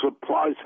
supplies